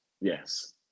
yes